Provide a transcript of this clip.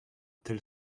tel